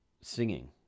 singing